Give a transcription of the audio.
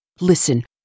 Listen